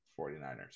49ers